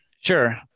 Sure